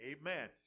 Amen